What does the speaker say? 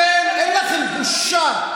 אתם, אין לכם בושה.